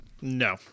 No